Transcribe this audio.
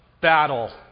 battle